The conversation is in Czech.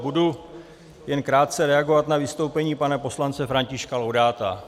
Budu jen krátce reagovat na vystoupení pana poslance Františka Laudáta.